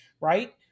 right